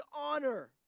honor